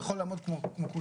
הוא יכול לעמוד כמו כולם,